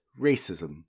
racism